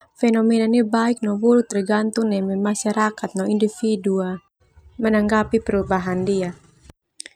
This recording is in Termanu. Fenomena ndia baik bu buruk tergantung neme masyarakat no individu menanggapi perubahan ndia.